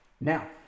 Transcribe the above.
Now